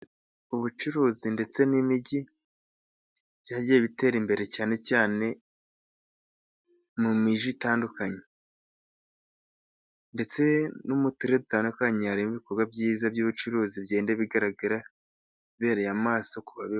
Ubucuruzi ndetse n'imijyi byagiye bitera imbere, cyane cyane mu mijyi itandukanye. Ndetse no turere dutandukanye hari yo ibikorwa byiza by'ubucuruzi bigenda bigaragara bibereye amaso kubabi.....